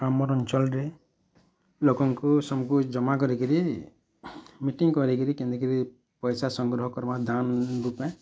ଆମର୍ ଅଞ୍ଚଳରେ ଲୋକଙ୍କୁ ସମକୁଁ ଜମା କରି କରି ମିଟିଙ୍ଗ କରାଇ କରି କେନ୍ତି କରି ପଇସା ସଂଗ୍ରହ କରମା ଦାଁନ୍ ରୂପେଁ